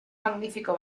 magnífico